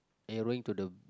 arrowing to the